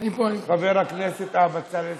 חבר הכנסת בצלאל סמוטריץ.